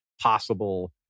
possible